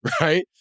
Right